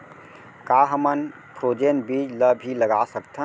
का हमन फ्रोजेन बीज ला भी लगा सकथन?